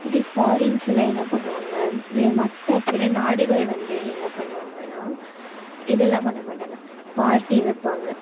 அதே ஃபாரின்ஸ்லாம் என்ன பண்ணுவாங்க மற்ற பிற நாடுகள் வந்து என்ன பண்ணுவாங்கன்னா இதெல்லாம் பண்ண மாட்டாங்க பார்ட்டி வைப்பாங்க